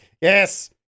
yes